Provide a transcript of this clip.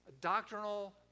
doctrinal